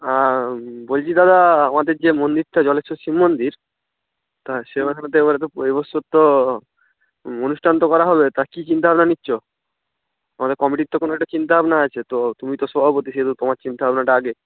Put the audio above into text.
হ্যাঁ বলছি দাদা আমাদের যে মন্দিরটা জলেশ্বর শিব মন্দির তার সেবার মধ্যে এবারে তো এ বৎসর তো অনুষ্ঠান তো করা হবে তা কি চিন্তা ভাবনা নিচ্ছ আমাদের কমিটির তো কোনো একটা চিন্তা ভাবনা আছে তো তুমি তো সভাপতি সেহেতু তোমার চিন্তা ভাবনাটা আগে